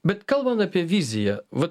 bet kalban apie viziją vat